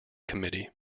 committee